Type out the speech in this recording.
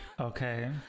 Okay